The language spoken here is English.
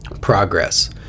progress